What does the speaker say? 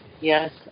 Yes